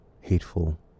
hateful